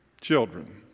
children